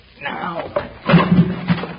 Now